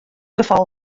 gefal